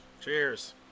Cheers